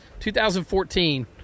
2014